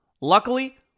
Luckily